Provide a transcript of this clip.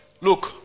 Look